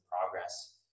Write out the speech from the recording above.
progress